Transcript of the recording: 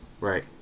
Right